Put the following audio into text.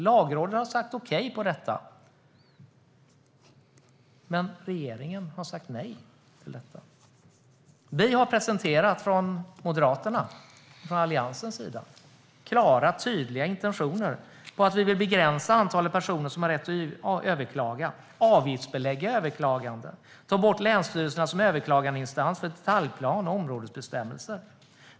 Lagrådet har sagt okej till detta. Men regeringen har sagt nej. Moderaterna och Alliansen har presenterat klara och tydliga intentioner om att vi vill begränsa antalet personer som har rätt att överklaga. Vi vill avgiftsbelägga överklaganden och ta bort länsstyrelserna som överklagandeinstans för detaljplan och områdesbestämmelser.